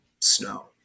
snow